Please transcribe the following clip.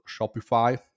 Shopify